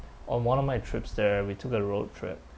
on one of my trips there we took a road trip